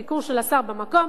ביקור של השר במקום,